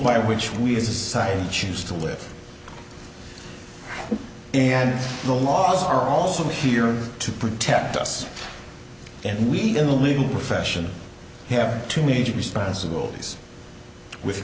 by which we as science choose to live and the laws are also here to protect us and we in the legal profession have two major responsibilities with